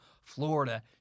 Florida